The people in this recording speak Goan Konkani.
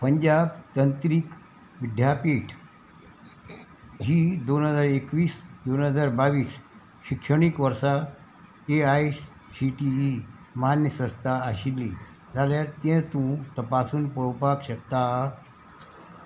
पंजाब तंत्रीक विद्यापीठ ही दोन हजार एकवीस दोन हजार बावीस शिक्षणीक वर्सा A I C T E मान्य संस्था आशिल्ली जाल्यार तें तूं तपासून पळोवपाक शकता